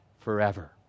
forever